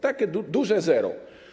Takie duże zero.